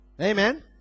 Amen